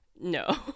no